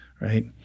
right